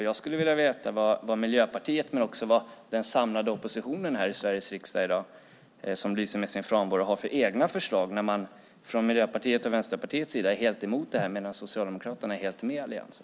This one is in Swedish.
Jag skulle vilja veta vad Miljöpartiet och Sveriges riksdags samlade opposition, som lyser med sin frånvaro i dag, har för egna förslag när man från Miljöpartiets och Vänsterpartiets sida är helt emot detta medan Socialdemokraterna är helt med Alliansen.